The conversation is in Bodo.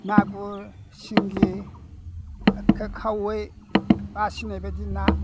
मागुर सिंगि एखे खावै बासिनाय बायदि ना